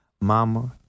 Mama